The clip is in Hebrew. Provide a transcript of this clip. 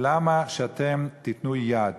למה שאתם תיתנו יד